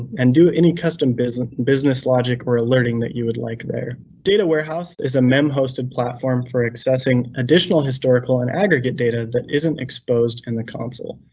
and do any custom business business logic, or alerting that you would like there. data warehouse is a mem hosted platform for accessing additional historical and aggregate data that isn't exposed in the console.